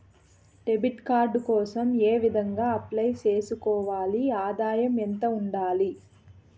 Debit card కోసం ఏ విధంగా అప్లై సేసుకోవాలి? ఆదాయం ఎంత ఉండాలి?